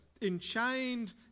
enchained